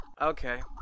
Okay